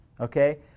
okay